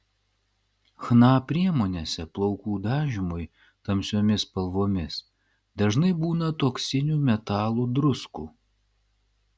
chna priemonėse plaukų dažymui tamsiomis spalvomis dažnai būna toksinių metalų druskų